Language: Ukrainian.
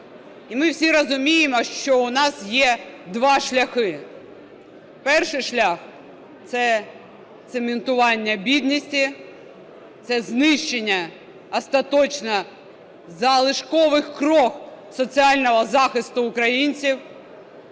І ми всі розуміємо, що у нас є два шляхи. Перший шлях – це цементування бідності, це знищення остаточно залишкових крох соціального захисту українців.